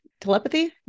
telepathy